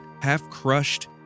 half-crushed